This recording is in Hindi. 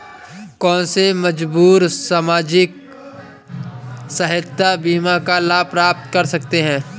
कौनसे मजदूर सामाजिक सहायता बीमा का लाभ प्राप्त कर सकते हैं?